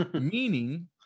Meaning